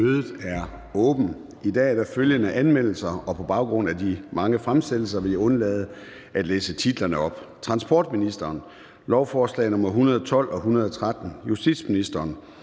Mødet er åbnet. I dag er der følgende anmeldelser, og på baggrund af de mange fremsættelser vil jeg undlade at læse titlerne op: Transportministeren (Thomas Danielsen): Lovforslag nr.